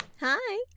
Hi